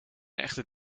echte